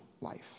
life